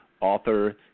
author